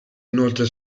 inoltre